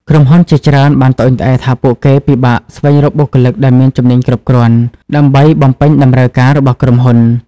ក្រុមហ៊ុនជាច្រើនបានត្អូញត្អែរថាពួកគេពិបាកស្វែងរកបុគ្គលិកដែលមានជំនាញគ្រប់គ្រាន់ដើម្បីបំពេញតម្រូវការរបស់ក្រុមហ៊ុន។